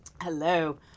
Hello